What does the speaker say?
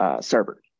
server